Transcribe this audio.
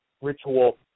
ritual